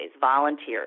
volunteers